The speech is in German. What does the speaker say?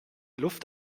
luft